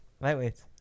Lightweight